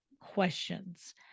questions